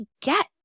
get